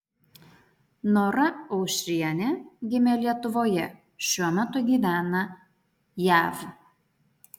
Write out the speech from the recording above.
nora aušrienė gimė lietuvoje šiuo metu gyvena jav